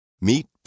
Meet